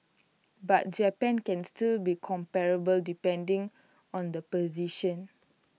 but Japan can still be comparable depending on the position